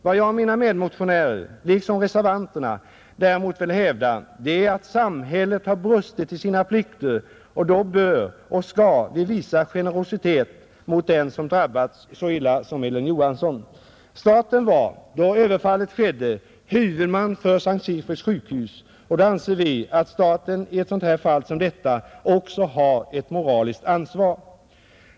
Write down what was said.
Vad jag och mina medmotionärer, liksom reservanterna, däremot vill hävda är att samhället har brustit i sina plikter, och då bör och skall vi visa generositet mot den som drabbats så illa som Elin Johansson, Staten var då överfallet skedde huvudman för S:t Sigfrids sjukhus, och då anser vi att staten i ett fall som detta har ett moraliskt ansvar.